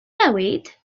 newid